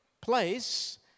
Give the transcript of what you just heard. place